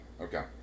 Okay